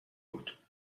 بود